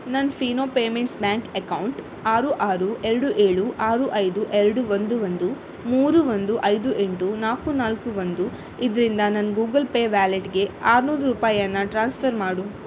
ನನ್ನ Fino payments bank account ಆರು ಆರು ಎರಡು ಏಳು ಆರು ಐದು ಎರಡು ಒಂದು ಒಂದು ಮೂರು ಒಂದು ಐದು ಎಂಟು ನಾಲ್ಕು ನಾಲ್ಕು ಒಂದು ಇದರಿಂದ ನನ್ನ ಗೂಗಲ್ ಪೇ ವ್ಯಾಲೆಟ್ಗೆ ಆರುನೂರು ರೂಪಾಯಿಯನ್ನ ಟ್ರಾನ್ಸ್ಫರ್ ಮಾಡು